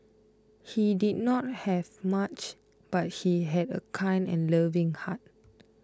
he did not have much but she had a kind and loving heart